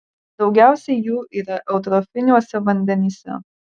daugiausiai jų yra eutrofiniuose vandenyse